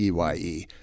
EYE